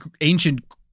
ancient